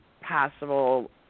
possible